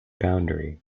boundary